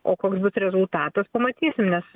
o koks bus rezultatas pamatysim nes